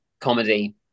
comedy